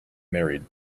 married